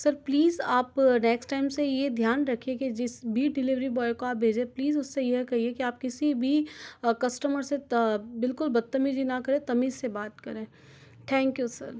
sir please आप next time से यह ध्यान रखें कि जिस भी डिलीवरी बॉय को आप भेजें प्लीज उसे यह कहिए कि आप किसी भी कस्टमर से बिल्कुल बदतमीजी ना करें तमीज से बात करें थैंकयू सर